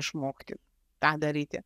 išmokti tą daryti